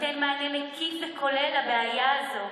הנותן מענה מקיף וכולל לבעיה הזאת,